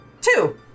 Two